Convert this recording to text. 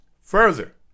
Further